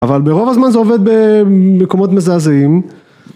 אבל ברוב הזמן זה עובד במקומות מזעזעים